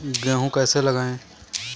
गेहूँ कैसे लगाएँ?